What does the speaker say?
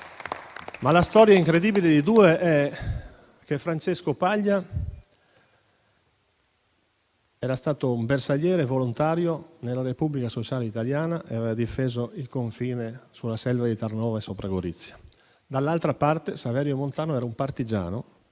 Ma la storia incredibile dei due è che Francesco Paglia era stato un bersagliere volontario nella Repubblica Sociale Italiana e aveva difeso il confine sulla Selva di Tarnova, sopra Gorizia. Dall'altra parte, Saverio Montano era un partigiano,